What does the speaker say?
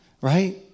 right